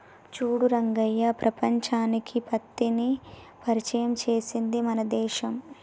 చూడు రంగయ్య ప్రపంచానికి పత్తిని పరిచయం చేసింది మన దేశం